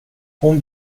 hon